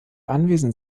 anwesen